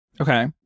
Okay